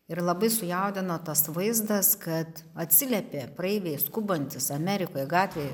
ir labai sujaudino tas vaizdas kad atsiliepė praeiviai skubantys amerikoj gatvėj